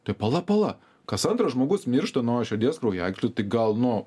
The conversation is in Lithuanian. tai pala pala kas antras žmogus miršta nuo širdies kraujagyslių tai gal nu